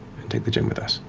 and take the gem with us?